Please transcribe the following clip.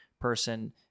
person